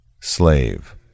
Slave